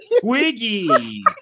Twiggy